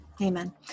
Amen